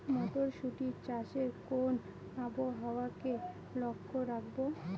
মটরশুটি চাষে কোন আবহাওয়াকে লক্ষ্য রাখবো?